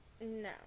No